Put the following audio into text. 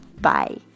Bye